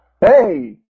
Hey